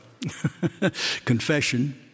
confession